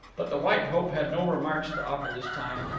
but the white hope had no remarks to offer this time.